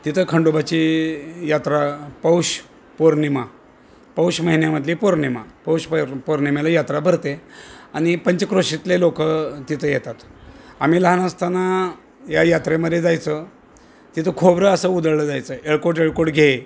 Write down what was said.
तिथं खंडोबाची यात्रा पौष पौर्णिमा पौष महिन्यामधली पौर्णिमा पौष पौर्णिमेला यात्रा भरते आणि पंचक्रोशीतले लोक तिथं येतात आम्ही लहान असताना या यात्रेमध्ये जायचं तिथं खोबरं असं उधळलं जायचं येळकोट येळकोट घे